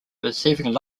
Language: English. receiving